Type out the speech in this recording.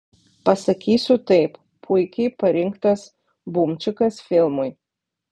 pasakysiu taip puikiai parinktas bumčikas filmui